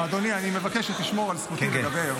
אדוני, אני מבקש שתשמור על זכותי לדבר.